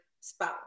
spouse